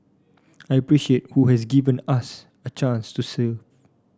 I appreciate who have given us a chance to serve